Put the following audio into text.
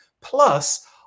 Plus